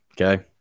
okay